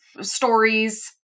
stories